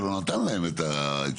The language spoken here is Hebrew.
שלא נתן להם את האצטדיון,